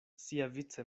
siavice